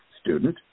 student